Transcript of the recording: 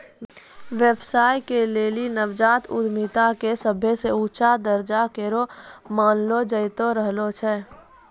व्यवसाय के लेली नवजात उद्यमिता के सभे से ऊंचा दरजा करो मानलो जैतो रहलो छै